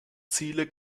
ziele